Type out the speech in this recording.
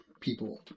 people